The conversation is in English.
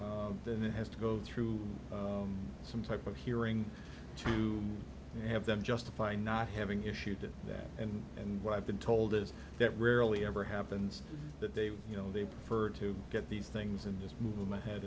to then it has to go through some type of hearing to have them justify not having issued that and and what i've been told is that rarely ever happens that they you know they prefer to get these things and just move my head